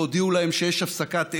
והודיעו להם שיש הפסקת אש.